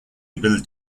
ability